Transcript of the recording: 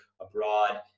abroad